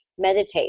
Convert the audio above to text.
Meditate